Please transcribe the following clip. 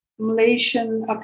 Malaysian